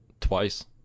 Twice